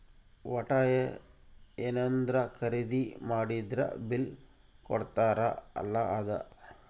ವಟ್ಟ ಯೆನದ್ರ ಖರೀದಿ ಮಾಡಿದ್ರ ಬಿಲ್ ಕೋಡ್ತಾರ ಅಲ ಅದ